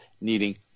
needing